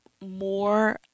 more